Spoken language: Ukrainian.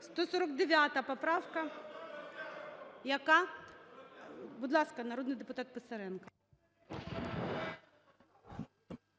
149 поправка… Яка? Будь ласка, народний депутат Писаренко.